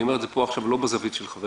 אני לא אומר את זה עכשיו מזווית של חבר